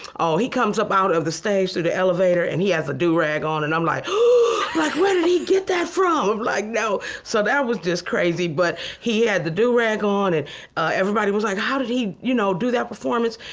oh, he comes up out of the stage through the elevator and he has a do-rag on and i'm like gasps where did he get that from? like no! so that was just crazy, but he had the do-rag on and everybody was like how did he you know do that performance?